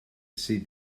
sydd